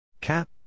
Cap